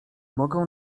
mogę